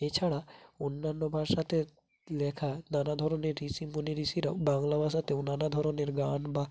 এছাড়া অন্যান্য ভাষাতে লেখা নানা ধরনের ঋষি মুনি ঋষিরাও বাংলা ভাষাতেও নানা ধরনের গান বা